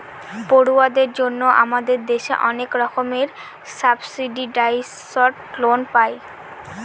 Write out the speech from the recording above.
পড়ুয়াদের জন্য আমাদের দেশে অনেক রকমের সাবসিডাইসড লোন পায়